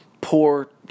poor